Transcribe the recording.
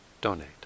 donate